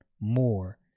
more